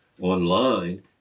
online